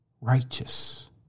Righteous